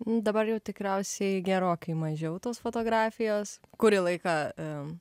dabar jau tikriausiai gerokai mažiau tos fotografijos kurį laiką